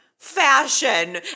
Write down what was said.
Fashion